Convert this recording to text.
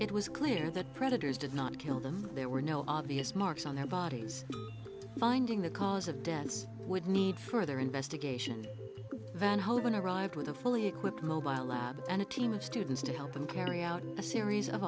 it was clear that predators did not kill them there were no obvious marks on their bodies finding the cause of death would need further investigation than when i arrived with a fully equipped mobile lab and a team of students to help them carry out a series of